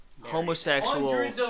homosexual